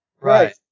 Right